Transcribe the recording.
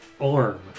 arm